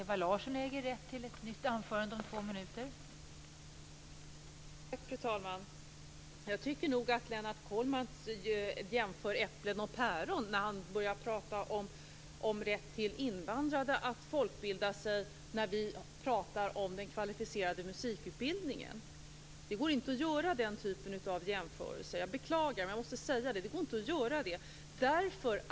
Fru talman! Jag tycker nog att Lennart Kollmats jämför äpplen med päron när han börjar prata om rätt för invandrade att folkbilda sig, när vi talar om den kvalificerade musikutbildningen. Det går inte att göra den typen av jämförelse - jag beklagar, men jag måste säga det.